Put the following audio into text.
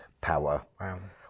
power